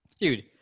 dude